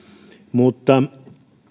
mutta